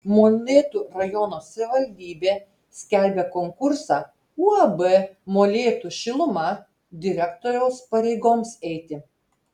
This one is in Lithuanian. molėtų rajono savivaldybė skelbia konkursą uab molėtų šiluma direktoriaus pareigoms eiti